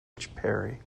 parry